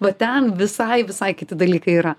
va ten visai visai kiti dalykai yra